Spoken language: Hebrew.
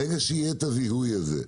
ברגע שיהיה הזיהוי הזה,